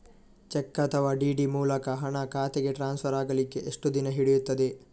Check ಅಥವಾ DD ಮೂಲಕ ಹಣ ಖಾತೆಗೆ ಟ್ರಾನ್ಸ್ಫರ್ ಆಗಲಿಕ್ಕೆ ಎಷ್ಟು ದಿನ ಹಿಡಿಯುತ್ತದೆ?